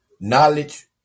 knowledge